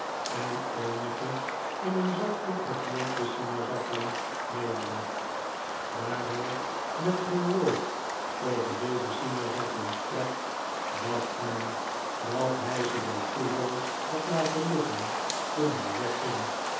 en eenige in een zakdoek geknoopte sinaasappelen meebracht daar hij met geen woord over deze sinaasappelen sprak dacht men dat hij ze bij toeval had laten liggen toen hij wegging